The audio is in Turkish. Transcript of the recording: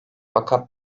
fakat